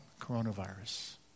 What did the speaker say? coronavirus